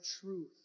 truth